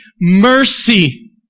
mercy